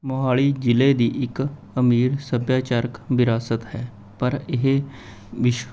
ਮੋਹਾਲੀ ਜ਼ਿਲ੍ਹੇ ਦੀ ਇੱਕ ਅਮੀਰ ਸੱਭਿਆਚਾਰਕ ਵਿਰਾਸਤ ਹੈ ਪਰ ਇਹ ਵਿਸ਼ਵ